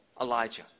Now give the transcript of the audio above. Elijah